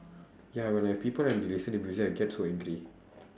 ya when like people like to listen to music I get so angry